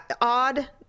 odd